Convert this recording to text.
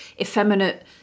effeminate